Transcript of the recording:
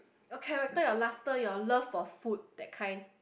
your character your laughter your love for food that kind